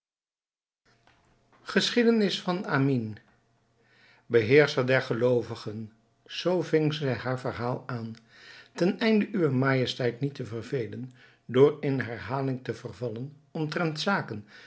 geschiedenis van amine beheerscher der geloovigen zoo ving zij haar verhaal aan ten einde uwe majesteit niet te vervelen door in herhaling te vervallen omtrent zaken